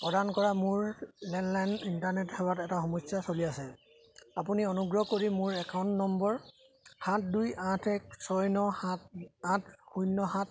প্ৰদান কৰা মোৰ লেণ্ডলাইন ইণ্টাৰনেট সেৱাত এটা সমস্যা চলি আছে আপুনি অনুগ্ৰহ কৰি মোৰ একাউণ্ট নম্বৰ সাত দুই আঠ এক ছয় ন সাত আঠ শূন্য সাত